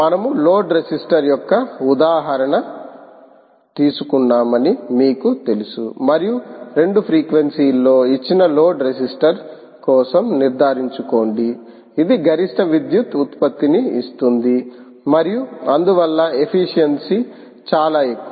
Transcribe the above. మనము load resistor యొక్క ఉదాహరణ తీసుకున్నామని మీకు తెలుసు మరియు 2 ఫ్రీక్వెన్సీ లో ఇచ్చిన లోడ్ రెసిస్టర్ కోసం నిర్ధారించుకోండి ఇది గరిష్టవిద్యుత్ ఉత్పత్తిని ఇస్తుంది మరియు అందువల్ల ఎఫిషియన్సీ చాలా ఎక్కువ